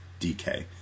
DK